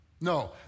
No